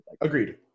Agreed